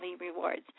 rewards